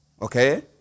Okay